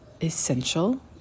essential